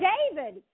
David